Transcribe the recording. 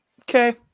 okay